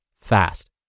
fast